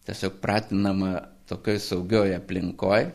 tiesiog pratinama tokioj saugioj aplinkoj